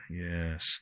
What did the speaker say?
yes